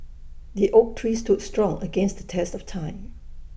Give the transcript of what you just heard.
the oak tree stood strong against the test of time